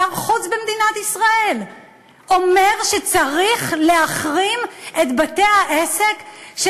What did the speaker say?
שר חוץ במדינת ישראל אומר שצריך להחרים את בתי-העסק של